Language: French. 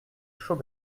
chaux